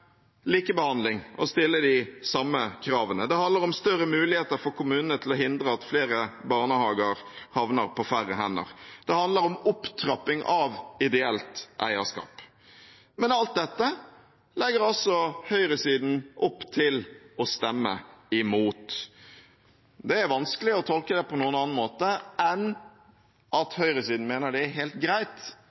likebehandling og å stille de samme kravene. Det handler om større muligheter for kommunene til å hindre at flere barnehager havner på færre hender. Det handler om opptrapping av ideelt eierskap. Men alt dette legger altså høyresiden opp til å stemme imot. Det er vanskelig å tolke det på noen annen måte enn at høyresiden mener det er helt greit